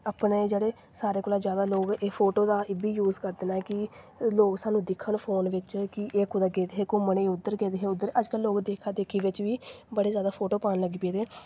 अपने जेह्ड़े सारें कोला जादा लोक एह् फोटो दा एह् बी यूज करदे न कि लोक सानूं दिक्खन फोट बिच्च कि एह् कुदै गेदे हे घूमन एह् उद्धर गेदे हे उद्धर गेदे हे अज्ज कल लोग देखा देखी बिच्च बी बड़े जादा फोटो पान लग्गी पेदे न